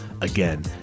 Again